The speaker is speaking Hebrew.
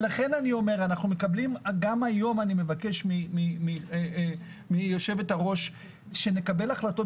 לכן אני אומר שגם היום אני מבקש מיושבת הראש שנקבל החלטות